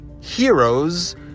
Heroes